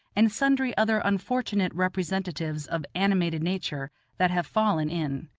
and sundry other unfortunate representatives of animated nature that have fallen in.